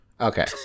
Okay